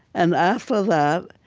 and after that,